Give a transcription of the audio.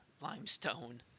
limestone